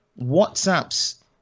WhatsApp's